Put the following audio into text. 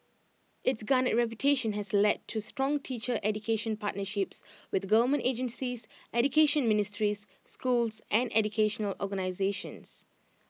its garnered reputation has led to strong teacher education partnerships with government agencies education ministries schools and educational organisations